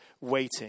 waiting